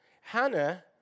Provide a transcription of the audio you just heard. Hannah